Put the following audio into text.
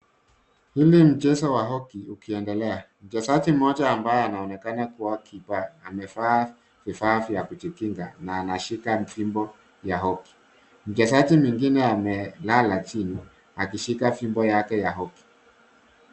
Hili ni mchezo wa hockey ukiendelea. Mchezaji mmoja ambaye anaonekana kuwa kipa amevaa vifaa vya kujikinga na ameshika fimbo ya hockey .Mchezaji mwingine amelala chini akishika fimbo yake ya hockey .